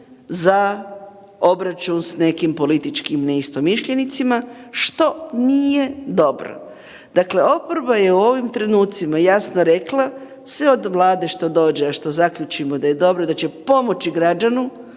za obračun s nekim političkim neistomišljenicima, što nije dobro. Dakle, oporba je u ovim trenucima jasno rekla sve od Vlade što dođe, a što zaključimo da je dobro da će pomoći građanu,